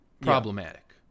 problematic